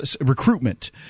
recruitment